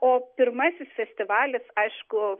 o pirmasis festivalis aišku